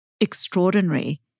extraordinary